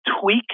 tweak